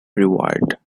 award